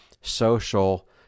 social